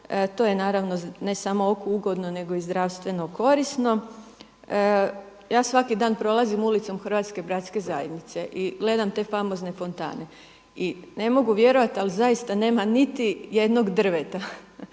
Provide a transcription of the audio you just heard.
To je naravno ne samo oku ugodno, nego i zdravstveno korisno. Ja svaki dan prolazim ulicom Hrvatske bratske zajednice i gledam te famozne fontane. I ne mogu vjerovati, ali zaista nema niti jednog drveta,